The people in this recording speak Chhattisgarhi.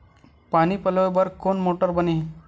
पानी पलोय बर कोन मोटर बने हे?